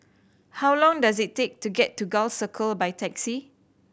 how long does it take to get to Gul Circle by taxi